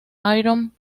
iron